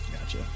Gotcha